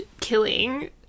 killing